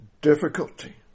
difficulty